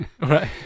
right